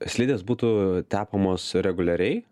slidės būtų tepamos reguliariai